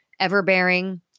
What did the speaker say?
everbearing